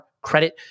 credit